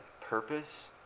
Purpose